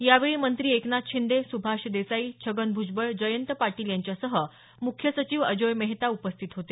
यावेळी मंत्री एकनाथ शिंदे सुभाष देसाई छगन भुजबळ जयंत पाटील यांच्यासह मुख्य सचिव अजोय मेहता उपस्थित होते